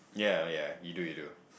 yeah yeah you do you do